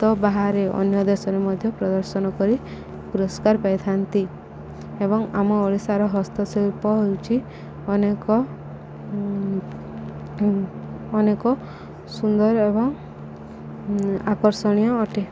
ତ ବାହାରେ ଅନ୍ୟ ଦେଶରେ ମଧ୍ୟ ପ୍ରଦର୍ଶନ କରି ପୁରସ୍କାର ପାଇଥାନ୍ତି ଏବଂ ଆମ ଓଡ଼ିଶାର ହସ୍ତଶିଳ୍ପ ହେଉଛିି ଅନେକ ଅନେକ ସୁନ୍ଦର ଏବଂ ଆକର୍ଷଣୀୟ ଅଟେ